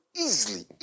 easily